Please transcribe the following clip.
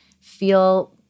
feel